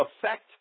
affect